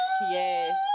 Yes